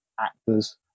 actors